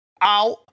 out